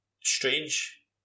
strange